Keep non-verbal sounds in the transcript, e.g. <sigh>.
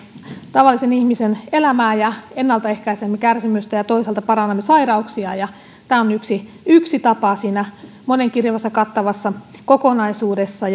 tavallisen ihmisen elämää ja ennaltaehkäisemme kärsimystä ja toisaalta parannamme sairauksia ja tämä on yksi yksi tapa siinä monenkirjavassa kattavassa kokonaisuudessa <unintelligible>